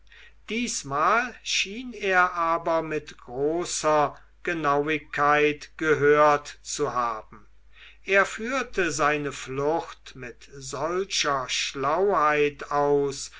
diesmal schien er aber mit großer genauigkeit gehört zu haben er führte seine flucht mit solcher schlauheit aus